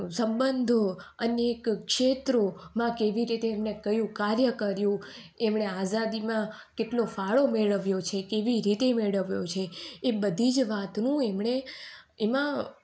સંબંધો અનેક ક્ષેત્રોમાં કેવી રીતે એમને કયું કાર્ય કર્યું એમણે આઝાદીમાં કેટલો ફાળો મેળવ્યો છે કેવી રીતે મેળવ્યો છે એ બધી જ વાતનું એમણે એમાં